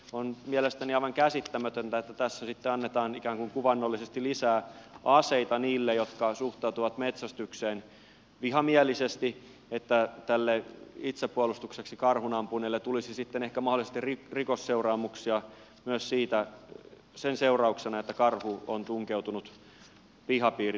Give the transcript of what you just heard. on mielestäni aivan käsittämätöntä että tässä sitten annetaan ikään kuin kuvaannollisesti lisää aseita niille jotka suhtautuvat metsästykseen vihamielisesti että tälle itsepuolustukseksi karhun ampuneelle tulisi sitten ehkä mahdollisesti rikosseuraamuksia sen seurauksena että karhu on tunkeutunut pihapiiriin